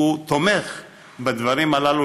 שהוא תומך בדברים הללו,